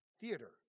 theater